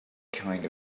kind